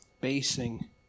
basing